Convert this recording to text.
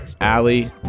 Ali